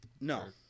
No